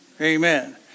Amen